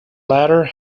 latter